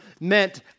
meant